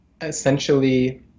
essentially